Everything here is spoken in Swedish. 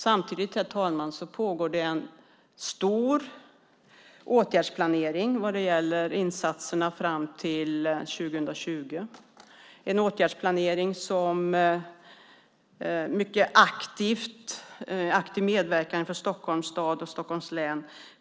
Samtidigt, herr talman, pågår en stor åtgärdsplanering vad gäller insatserna fram till år 2020. Det är en åtgärdsplanering med en mycket aktiv medverkan från Stockholms stad och Stockholms län.